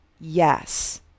yes